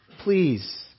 please